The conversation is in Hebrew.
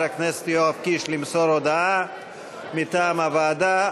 הכנסת יואב קיש למסור הודעה מטעם הוועדה.